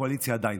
קואליציה עדיין,